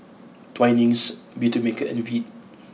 Twinings Beautymaker and Veet